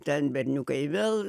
ten berniukai vėl